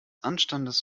anstandes